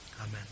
Amen